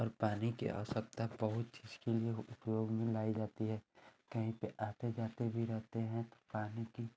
और पानी की आवश्यकता बहुत इसके लिए उपयोग में लाई जाती है कहीं पर आते जाते भी रहते हैं तो पानी की